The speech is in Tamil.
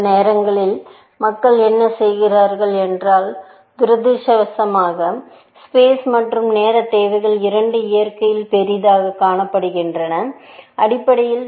சில நேரங்களில் மக்கள் என்ன செய்கிறார்கள் என்றால் துரதிர்ஷ்டவசமாக ஸ்பேஸ் மற்றும் நேர தேவைகள் இரண்டும் இயற்கையில் பெரியதாகக் காணப்படுகின்றன அடிப்படையில்